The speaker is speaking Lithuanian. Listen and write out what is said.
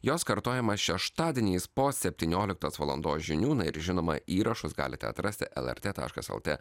jos kartojimą šeštadieniais po septynioliktos valandos žinių na ir žinoma įrašus galite atrasti lrt taškas lt